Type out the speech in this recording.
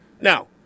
Now